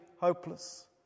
hopeless